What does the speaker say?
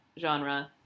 genre